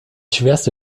schwerste